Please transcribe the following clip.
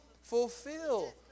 fulfill